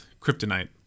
kryptonite